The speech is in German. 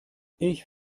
ich